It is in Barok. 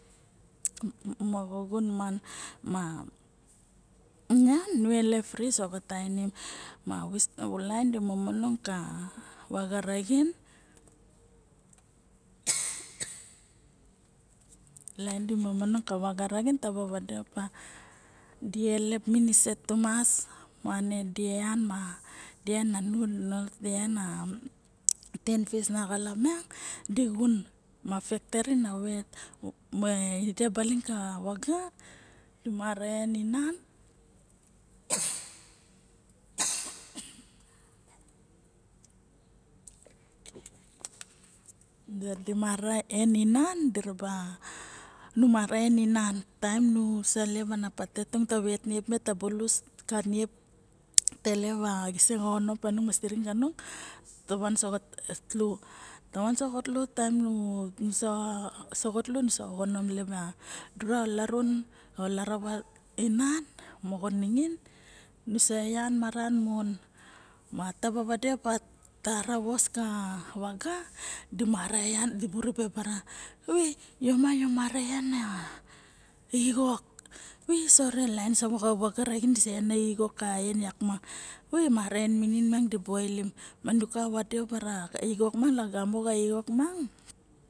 Mo xun man ma dian nu elept fri soxa tainim ma lain di momong ka vaga raxin taba vade pa dielep miniset tuma ma vane dieyan. Na nian me stor maide mo vaga dimara en en inan tain nu salen patete tung ta vat niep me ta visik ka rave taile sitiring kaning ma ngisen noxonom tava so xatki nusoxom sep dura o larun inan moxon ningin nu sa xan maran mon mo taba vede po tar vos ka vaga dimora dibu rebe ba vo ma mara yon xixok i sore lain soxa waga di en a xixok ma nu kasoxo lagame xa xoxokok mamaran o kava.